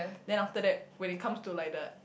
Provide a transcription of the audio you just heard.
then after that when it comes to like the